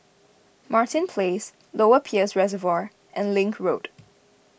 Martin Place Lower Peirce Reservoir and Link Road